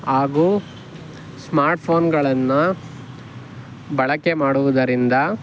ಹಾಗೂ ಸ್ಮಾರ್ಟ್ಫೋನ್ಗಳನ್ನು ಬಳಕೆ ಮಾಡುವುದರಿಂದ